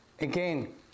again